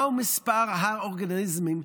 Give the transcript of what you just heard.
מה מספר האורגניזמים,